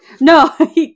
no